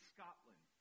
Scotland